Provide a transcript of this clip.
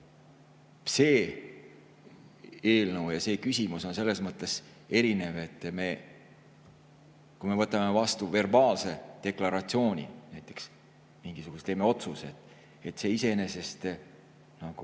See eelnõu ja see küsimus on selles mõttes erinev, et kui me võtame vastu verbaalse deklaratsiooni, näiteks teeme mingisuguse otsuse, siis see iseenesest